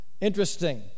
Interesting